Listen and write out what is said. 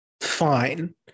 fine